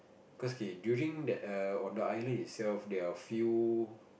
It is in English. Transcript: cause K during that err on the island itself there are a few